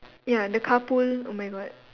ya the carpool oh my god